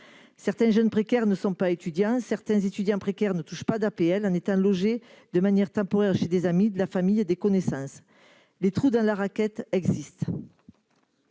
Certains jeunes précaires ne sont pas étudiants, certains étudiants précaires ne touchent pas d'APL, étant logés de manière temporaire chez des amis, de la famille ou des connaissances. Il y a des trous dans la raquette.